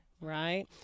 right